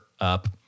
up